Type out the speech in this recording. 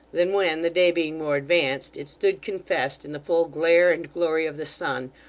than when, the day being more advanced, it stood confessed in the full glare and glory of the sun,